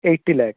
eighty lakh